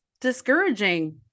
discouraging